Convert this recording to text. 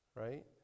right